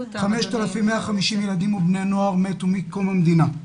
5,150 ילדים ובני נוער מתו מקום המדינה.